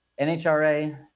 nhra